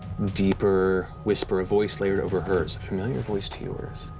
deeper whisper voice layered over hers, a familiar voice to yours.